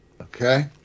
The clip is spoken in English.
Okay